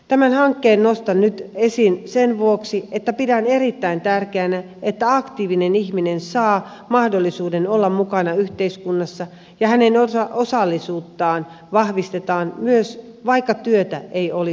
tämän hankkeen nostan nyt esiin sen vuoksi että pidän erittäin tärkeänä että aktiivinen ihminen saa mahdollisuuden olla mukana yhteiskunnassa ja hänen osallisuuttaan vahvistetaan myös vaikka työtä ei olisikaan